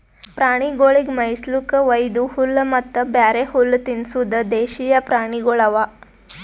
ಪ್ರಾಣಿಗೊಳಿಗ್ ಮೇಯಿಸ್ಲುಕ್ ವೈದು ಹುಲ್ಲ ಮತ್ತ ಬ್ಯಾರೆ ಹುಲ್ಲ ತಿನುಸದ್ ದೇಶೀಯ ಪ್ರಾಣಿಗೊಳ್ ಅವಾ